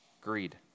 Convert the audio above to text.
Greed